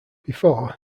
before